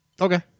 Okay